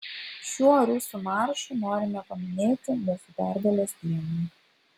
šiuo rusų maršu norime paminėti mūsų pergalės dieną